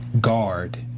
guard